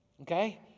Okay